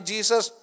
Jesus